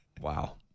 Wow